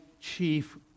Chief